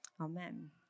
Amen